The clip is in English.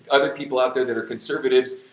other people out there that are conservatives,